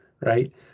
right